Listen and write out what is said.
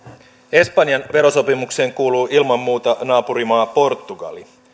espanjan verosopimukseen kuuluu ilman muuta naapurimaa portugali